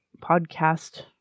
podcast